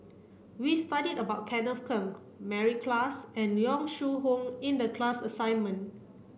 we studied about Kenneth Keng Mary Klass and Yong Shu Hoong in the class assignment